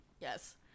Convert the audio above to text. yes